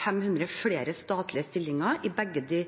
500 flere